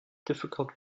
difficult